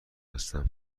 هستم